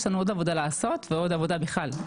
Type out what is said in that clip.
יש לנו עוד עבודה לעשות ועוד עבודה בכלל.